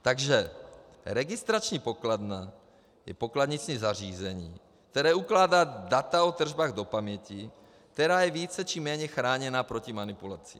Takže registrační pokladna je pokladniční zařízení, které ukládá data o tržbách do paměti, která je více či méně chráněna proti manipulaci.